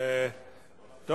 20 דקות.